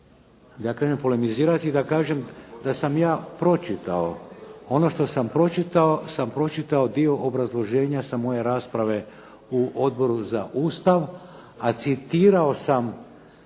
sada krenem polemizirati i da kažem da sam ja pročitao. Ono što sam pročitao sam pročitao dio obrazloženja sa moje rasprave u Odboru za Ustav, a citirao sam